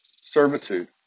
servitude